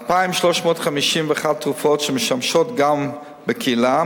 2,351 תרופות שמשמשות גם בקהילה,